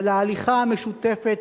אבל ההליכה המשותפת,